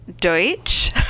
Deutsch